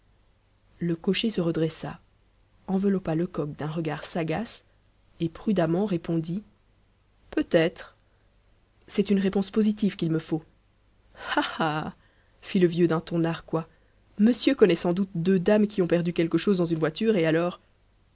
le cocher se redressa enveloppa lecoq d'un regard sagace et prudemment répondit peut-être c'est une réponse positive qu'il me faut ah ah fit le vieux d'un ton narquois monsieur connaît sans doute deux dames qui ont perdu quelque chose dans une voiture et alors